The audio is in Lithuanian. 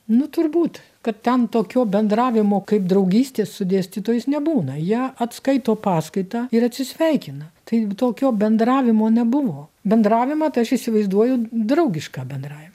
nu turbūt kad ten tokio bendravimo kaip draugystės su dėstytojais nebūna jie atskaito paskaitą ir atsisveikina tai tokio bendravimo nebuvo bendravimą tai aš įsivaizduoju draugišką bendravim